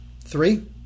Three